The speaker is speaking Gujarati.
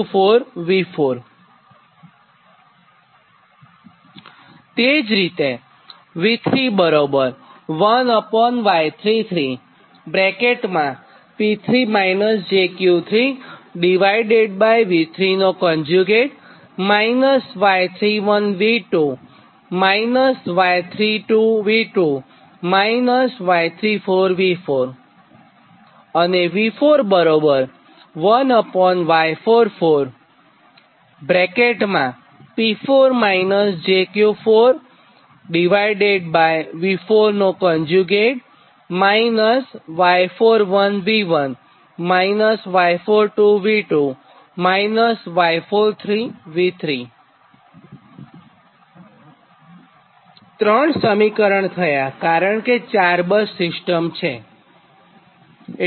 તો તે જ રીતે ત્રણ સમીકરણ થયાકારણ કે 4 બસ સિસ્ટમ છે